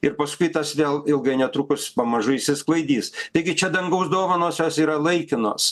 ir paskui tas vėl ilgai netrukus pamažu išsisklaidys taigi čia dangaus dovanos jos yra laikinos